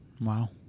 wow